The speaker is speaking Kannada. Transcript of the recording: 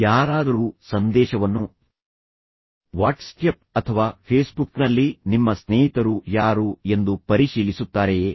ಯಾರಾದರೂ ಸಂದೇಶವನ್ನು ವಾಟ್ಸ್ಆ್ಯಪ್ ಅಥವಾ ಫೇಸ್ಬುಕ್ನಲ್ಲಿ ನಿಮ್ಮ ಸ್ನೇಹಿತರು ಯಾರು ಎಂದು ಪರಿಶೀಲಿಸುತ್ತಾರೆಯೇ